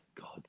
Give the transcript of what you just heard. God